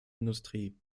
industrie